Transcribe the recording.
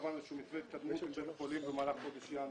קבענו איזשהו מתווה התקדמות לבית החולים במהלך חודש ינואר.